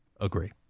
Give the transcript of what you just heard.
Agree